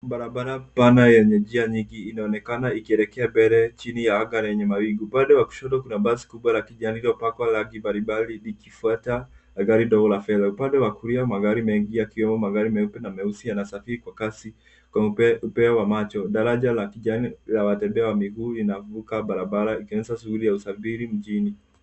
Barabara pana yenye njia nyingi inaonekana ikielekea mbele chini ya anga lenye mawingu. Upande wa kushoto kuna basi kubwa la kijani lilipakwa rangi mbalimbali likifuatwa na gari dogo la fedha. Upande wa kulia magari mengi, yakiwemo magari meupe na meusi, yanasafiri kwa kasi, Kwenye upeo wa macho, daraja la kijani la watembea wa mguu linavuka barabara ikionyesha shughuli ya usafiri mjini.